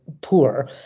poor